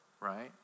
right